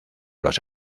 los